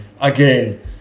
again